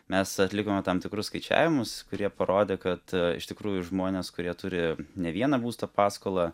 mes atlikome tam tikrus skaičiavimus kurie parodė kad iš tikrųjų žmonės kurie turi ne vieną būsto paskolą